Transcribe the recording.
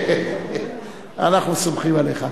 אנחנו סומכים עליך.